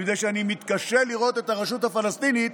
מפני שאני מתקשה לראות את הרשות הפלסטינית,